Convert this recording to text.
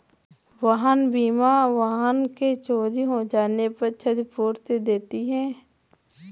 वाहन बीमा वाहन के चोरी हो जाने पर क्षतिपूर्ति देती है